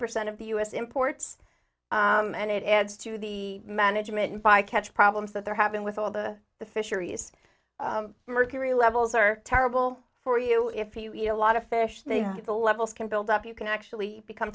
percent of the u s imports and it adds to the management by catch problems that they're having with all the the fisheries mercury levels are terrible for you if you eat a lot of fish they do the levels can build up you can actually become